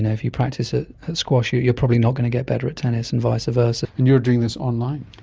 and if you practice at squash you are probably not going to get better at tennis and vice versa. and you are doing this online?